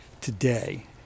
today